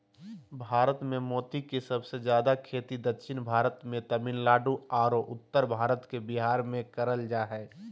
भारत मे मोती के सबसे जादे खेती दक्षिण भारत मे तमिलनाडु आरो उत्तर भारत के बिहार मे करल जा हय